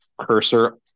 cursor